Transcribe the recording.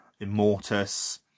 Immortus